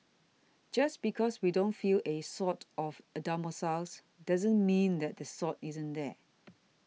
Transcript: just because we don't feel a Sword of Damocles doesn't mean that the sword isn't there